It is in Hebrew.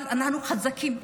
אבל אנחנו חזקים.